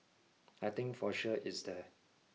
I think for sure it's there